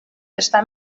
està